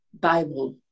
Bible